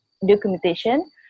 documentation